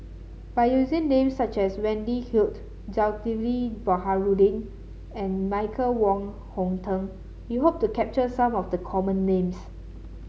by using names such as Wendy Hutton Zulkifli Baharudin and Michael Wong Hong Teng we hope to capture some of the common names